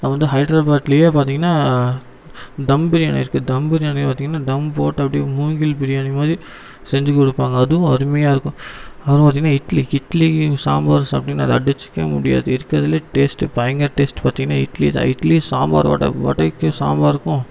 அப்புறம் வந்து ஹைட்ராபாத்லையே பார்த்தீங்கன்னா தம் பிரியாணி இருக்கு தம் பிரியாணியை பார்த்தீங்கன்னா தம் போட்டு அப்படியே மூங்கில் பிரியாணி மாதிரி செஞ்சு கொடுப்பாங்க அதுவும் அருமையாக இருக்கும் அப்புறம் பார்த்தீங்கன்னா இட்லி இட்லியும் சாம்பாரும் சாப்பிடீங்கன்னா அதை அடிச்சிக்கவே முடியாது இருக்குறதுலையே டேஸ்ட்டு பயங்கர டேஸ்ட்டு பார்த்தீங்கன்னா இட்லி தான் இட்லி சாம்பார் வடை வடைக்கும் சாம்பார்ருக்கு